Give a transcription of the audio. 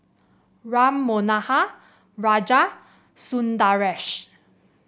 Ram Manohar Raja Sundaresh